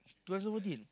two thousand fourteen